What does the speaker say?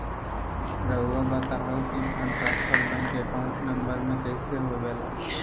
रहुआ बताहो कि fund transfer bank account number में कैसे होबेला?